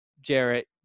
Jarrett